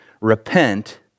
Repent